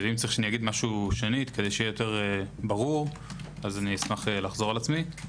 אם צריך שאחזור על דבר מה - אשמח לחזור על עצמי.